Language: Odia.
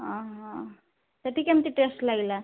ଅଁ ହଁ ସେଇଠି କେମିତି ଟେଷ୍ଟ୍ ଲାଗିଲା